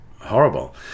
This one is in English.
horrible